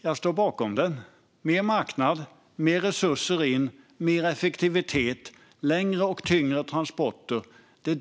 Jag står bakom den. Det vi behöver är: mer marknad, mer resurser, mer effektivitet och längre och tyngre transporter.